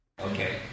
Okay